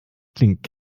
klingt